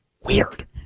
weird